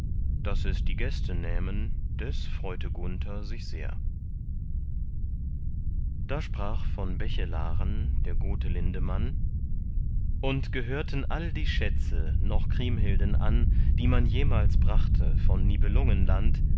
daß es die gäste nähmen des freute gunther sich sehr da sprach von bechelaren der gotelinde mann und gehörten all die schätze noch kriemhilden an die man jemals brachte von